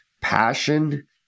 passion